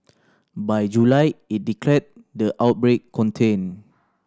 by July it declared the outbreak contained